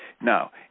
Now